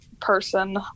person